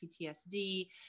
PTSD